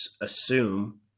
assume